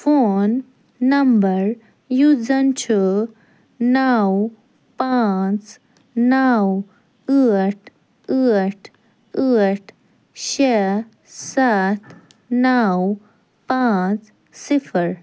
phone number یُس زن چھُ نَو پانٛژھ نَو ٲٹھ ٲٹھ ٲٹھ شےٚ سَتھ نَو پانٛژھ صِفر